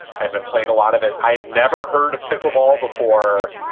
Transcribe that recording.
have been playing a lot of it. i had never heard of pickleball before.